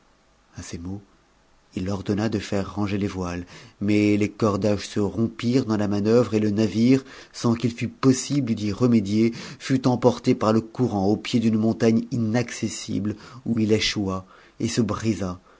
a ces mots il ordonna de faire ranger les voiles mais les cordages s rompirent dans la manœuvre et le navire sans qu'il fût possible d't remédier fut emporté par le courant au pied d'une montagne inacces sible où il échoua et se brisa